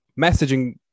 messaging